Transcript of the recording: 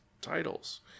titles